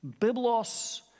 Biblos